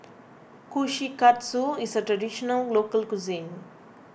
Kushikatsu is a Traditional Local Cuisine